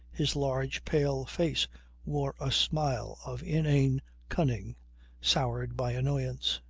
his large pale face wore a smile of inane cunning soured by annoyance.